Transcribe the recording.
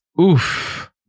oof